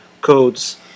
codes